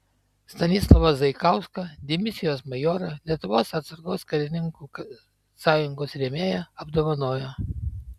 stanislovą zaikauską dimisijos majorą lietuvos atsargos karininkų sąjungos rėmėją apdovanojo